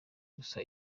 gusa